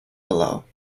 below